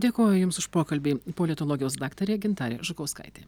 dėkoju jums už pokalbį politologijos daktarė gintarė žukauskaitė